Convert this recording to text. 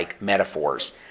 metaphors